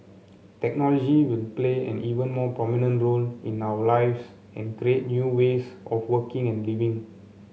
technology will play an even more prominent role in our lives and create new ways of working and living